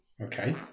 Okay